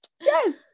Yes